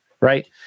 right